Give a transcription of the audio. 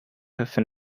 often